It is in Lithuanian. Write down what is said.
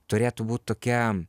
turėtų būt tokia